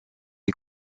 est